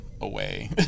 away